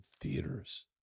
theaters